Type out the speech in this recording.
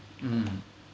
mm